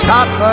Top